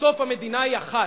בסוף המדינה היא אחת.